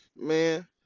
man